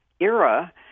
era